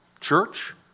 church